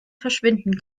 verschwinden